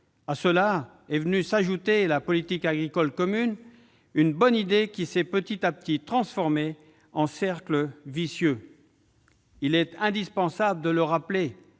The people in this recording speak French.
À cela est venue s'ajouter la politique agricole commune, une bonne idée qui s'est peu à peu transformée en un cercle vicieux. Il est indispensable de le rappeler